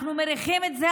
אנחנו מריחים את זה,